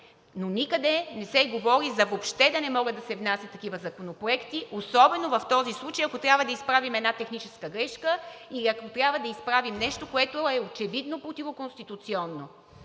но никъде не се говори въобще да не могат да се внасят такива законопроекти особено в този случай, ако трябва да изправим една техническа грешка или ако трябва да изправим нещо, което е очевидно противоконституционно.